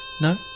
No